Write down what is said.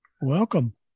Welcome